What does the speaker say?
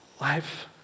Life